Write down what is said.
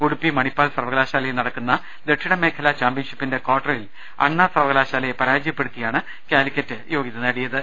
ഉഡുപ്പി മണിപ്പാൽ സർവകലാശാലയിൽ നടക്കുന്ന ദക്ഷിണമേഖലാ ചാമ്പ്യൻഷിപ്പിന്റെ ക്വാർട്ടറിൽ അണ്ണാ സർവകലാശാലയെ പരാജയപ്പെടുത്തിയാണ് കാലിക്കറ്റ് യോഗ്യത നേടിയത്